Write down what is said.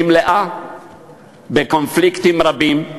היא מלאה קונפליקטים רבים,